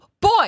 boy